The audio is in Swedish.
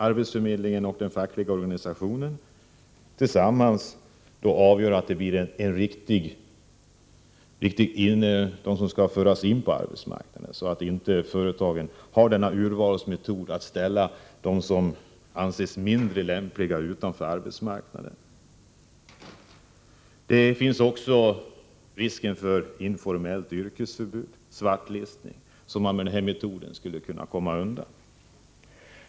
Arbetsförmedlingen och den fackliga organisationen tillsammans kan avgöra vilka som skall föras in på arbetsmarknaden, så att företagen inte har någon möjlighet att göra urval — varigenom de som anses mindre lämpliga kommer att ställas utanför arbetsmarknaden. Risken för informellt yrkesförbud, svartlistning, skulle man med denna metod kunna komma undan.